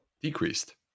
decreased